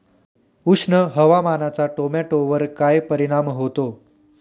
उष्ण हवामानाचा टोमॅटोवर काय परिणाम होतो?